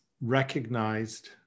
recognized